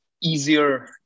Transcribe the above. easier